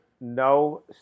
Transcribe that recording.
no